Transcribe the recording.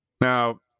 Now